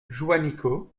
juanico